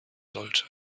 sollte